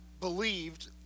believed